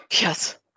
Yes